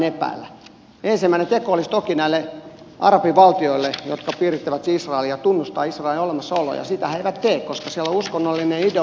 ensimmäinen teko olisi toki näille arabivaltioille jotka piirittävät israelia tunnustaa israelin olemassaolo ja sitä ne eivät tee koska siellä on uskonnollinen ideologia taustalla